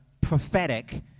prophetic